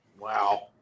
Wow